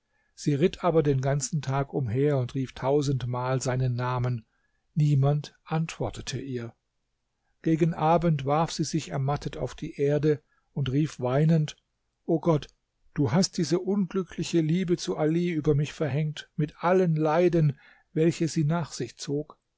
sie ritt aber den ganzen tag umher und rief tausendmal seinen namen niemand antwortete ihr gegen abend warf sie sich ermattet auf die erde und rief weinend o gott du hast diese unglückliche liebe zu ali über mich verhängt mit allen leiden welche sie nach sich zog